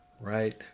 right